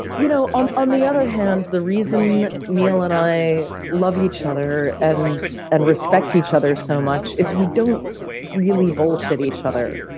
you know um on the other hand, the reason neil and i love each other and and respect each other so much is we don't really bullshit each other.